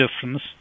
difference